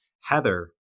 Heather